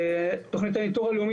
תוכנית אסטרטגית לשימור המגוון